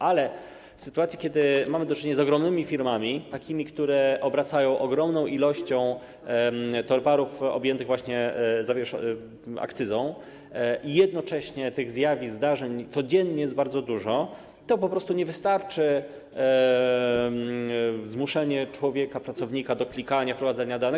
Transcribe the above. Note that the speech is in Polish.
Ale w sytuacji, w której mamy do czynienia z ogromnymi firmami, takimi, które obracają ogromną ilością towarów objętych akcyzą, i jednocześnie tych zjawisk, zdarzeń codziennie jest bardzo dużo, to po prostu nie wystarczy zmuszenie człowieka, pracownika do klikania, wprowadzania danych.